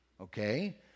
okay